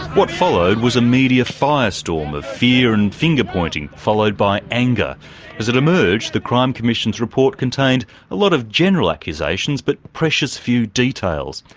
what followed was a media firestorm of fear and finger pointing, followed by anger as it emerged the crime commission's report contained a lot of general accusations but precious few details.